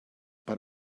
but